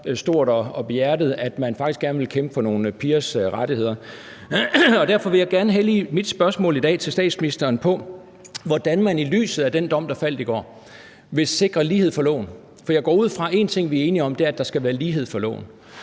stort og behjertet, at man faktisk gerne vil kæmpe for nogle pigers rettigheder. Derfor vil jeg gerne hellige mit spørgsmål til statsministeren i dag, altså hvordan man i lyset af den dom, der faldt i går, vil sikre lighed for loven, for jeg går ud fra, at vi er enige om én ting, nemlig at der skal være lighed for loven.